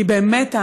כי באמת,